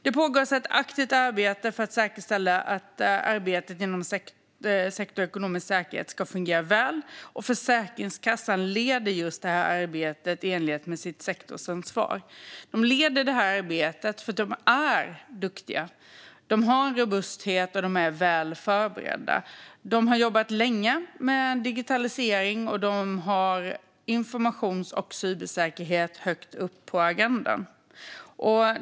Det pågår ett aktivt arbete för att säkerställa att arbetet inom sektorn ekonomisk säkerhet ska fungera väl. Försäkringskassan leder detta arbete i enlighet med sitt sektorsansvar, och de gör det därför att de är duktiga. De har en robusthet, och de är väl förberedda. De har jobbat länge med digitalisering, och de har informations och cybersäkerhet högt upp på agendan.